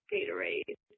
Gatorade